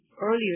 earlier